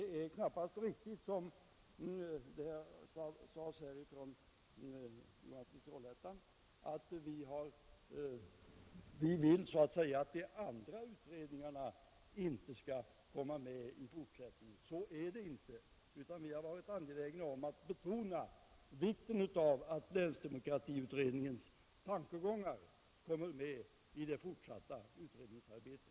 Herr Johansson i Trollhättan sade att vi vill att de andra utredningarna inte skall komma med i fortsättningen. Det är inte riktigt. Vi har varit angelägna om att betona vikten av att länsdemokratiutrea.ngens tankegångar kommer med i det fortsatta utredningsarbetet.